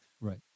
right